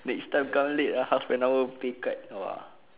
next time come late ah half an hour pay cut !wah!